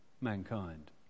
mankind